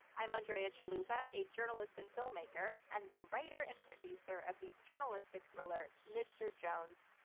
i'm andrea chalupa, a journalist and filmmaker, and the writer and producer of the journalistic thriller, mr. jones,